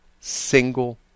single